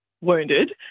wounded